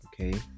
Okay